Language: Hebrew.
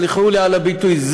סלחו לי על הביטוי,